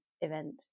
event